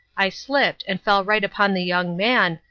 i slipped, and fell right upon the young man,